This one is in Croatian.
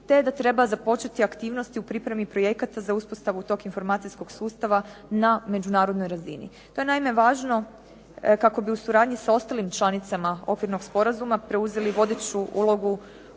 te da treba započeti aktivnosti u pripremi projekata za uspostavu tog informacijskog sustava na međunarodnoj razini. To je naime važno kako bi u suradnji sa ostalim članicama okvirnog sporazuma preuzeli vodeću ulogu